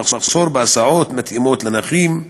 במחסור בהסעות מתאימות לנכים,